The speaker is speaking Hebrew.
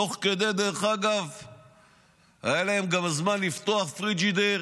תוך כדי היה להם גם זמן לפתוח פריג'ידר,